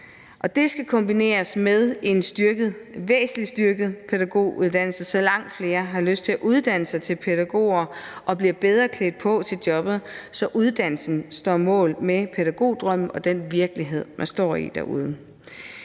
Det skal kombineres med en væsentlig styrket pædagoguddannelse, så langt flere har lyst til at uddanne sig til pædagoger og bliver bedre klædt på til jobbet, så uddannelsen står mål med pædagogdrømmen og den virkelighed, man står i derude.